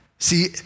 See